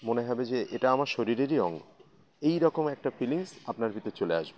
মনে হবে যে এটা আমার শরীরেরই অঙ্গ এই রকম একটা ফিলিংস আপনার ভিতর চলে আসবে